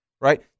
Right